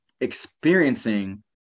experiencing